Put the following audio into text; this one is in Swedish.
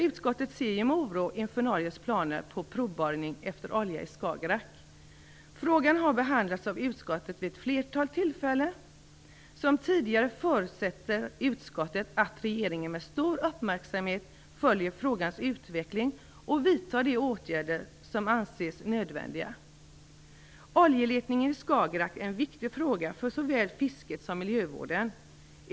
Utskottet hyser oro inför Norges planer på provborrning efter olja i Skagerrak. Frågan har behandlats av utskottet vid ett flertal tillfällen. Som tidigare förutsätter utskottet att regeringen med stor uppmärksamhet följer frågans utveckling och vidtar de åtgärder som anses erforderliga. Oljeletningen i Skarrak är en viktig fråga för såväl fisket som miljövården.